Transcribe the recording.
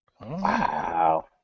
Wow